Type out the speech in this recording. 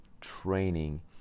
training